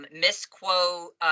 misquote